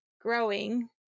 growing